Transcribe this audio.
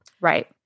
Right